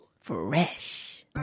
Fresh